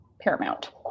paramount